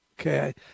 Okay